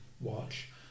watch